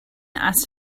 asked